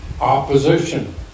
opposition